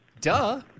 Duh